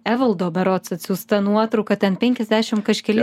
evaldo berods atsiųsta nuotrauka ten penkiasdešim kažkeli